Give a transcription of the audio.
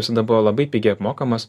visada buvo labai pigiai apmokamos